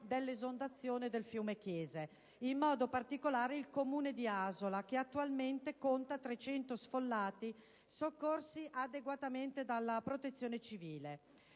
dell'esondazione del fiume Chiese. In modo particolare, il Comune di Asola, che attualmente conta 300 sfollati, soccorsi adeguatamente dalla Protezione civile,